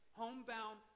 homebound